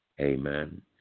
Amen